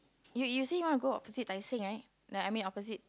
you you say you want to go opposite Tai-Seng right like I mean opposite